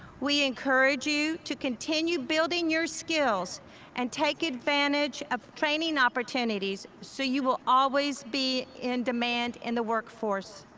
we encourage you to continue building your skills and take advantage of training opportunities, so you will always be in demand in the workforce.